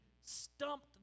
stumped